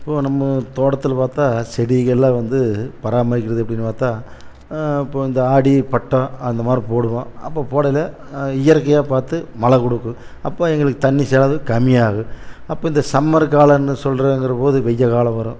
இப்போது நம்ம தோட்டத்தில் பார்த்தா செடிகள்லாம் வந்து பராமரிக்கிறது எப்படின்னு பார்த்தா இப்போது இந்த ஆடி பட்டம் அந்த மாரி போடுவோம் அப்போது போடயில இயற்கையாக பார்த்து மழைக் கொடுக்கும் அப்போ எங்களுக்கு தண்ணி செலவு கம்மியாகும் அப்போ இந்த சம்மர் காலம்னு சொல்றங்கிறபோது வெய்யல் காலம் வரும்